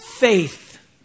Faith